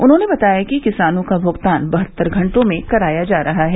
उन्होंने बताया कि किसानों का भुगतान बहत्तर घंटों में कराया जा रहा है